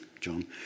John